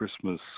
Christmas